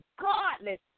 Godless